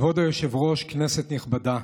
כבוד היושב-ראש, כנסת נכבדה,